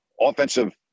offensive